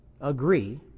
agree